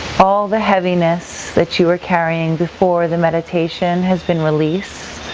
all the heaviness that you're carrying before the meditation has been released.